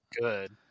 good